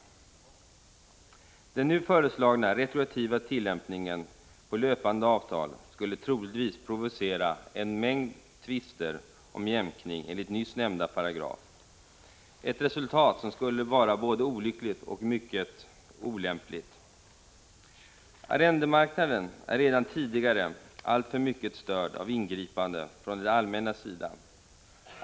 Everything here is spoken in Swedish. Den nu föreslagna retroaktiva tillämpningen på löpande avtal skulle troligtvis provocera en mängd tvister om jämkning enligt nyss nämnda paragraf, ett resultat som skulle vara både olyckligt och mycket olämpligt. Arrendemarknaden är redan tidigare alltför mycket störd av ingripanden från det allmännas sida.